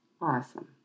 Awesome